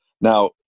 Now